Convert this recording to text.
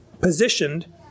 positioned